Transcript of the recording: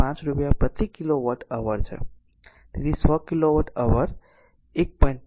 5 રૂપિયા પ્રતિ kilowatt hour છે તેથી 100 કિલોવોટ અવર 1